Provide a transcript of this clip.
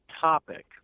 topic